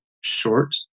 short